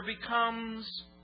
becomes